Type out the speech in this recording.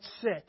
sit